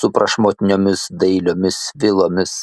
su prašmatniomis dailiomis vilomis